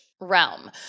realm